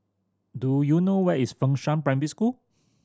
do you know where is Fengshan Primary School